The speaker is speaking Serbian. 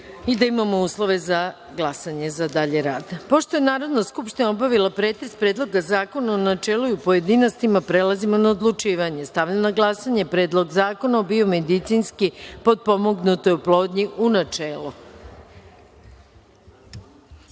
i da imamo uslove za glasanje, za dalji rad. Pošto je Narodna skupština obavila pretres Predloga zakona u načelu i u pojedinostima, prelazimo na odlučivanje. Stavljam na glasanje – Predlog zakona o biomedicinski potpomognutoj oplodnji, u